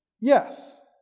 Yes